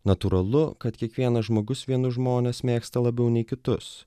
natūralu kad kiekvienas žmogus vienus žmones mėgsta labiau nei kitus